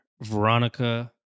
Veronica